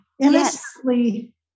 innocently